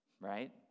right